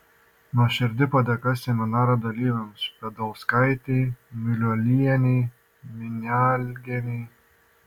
nuoširdi padėka seminaro dalyvėms podolskaitei muliuolienei minialgienei